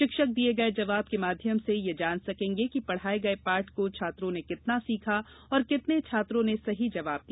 शिक्षक दिये गये जवाब के माध्यम से यह जान सकेंगे कि पढ़ाये गये पाठ को छात्रों ने कितना सीखा और कितने छात्रों ने सही जवाब दिया